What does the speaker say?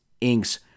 inks